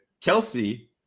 Kelsey –